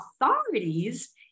authorities